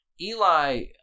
Eli